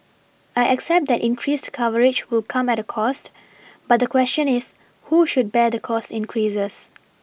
I accept that increased coverage will come at a cost but the question is who should bear the cost increases